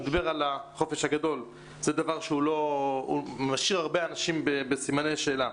זה דבר שמשאיר הרבה אנשים בסימני שאלה.